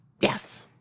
Yes